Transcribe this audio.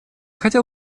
хотел